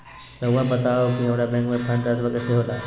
राउआ बताओ कि हामारा बैंक से फंड ट्रांसफर कैसे होला?